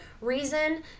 reason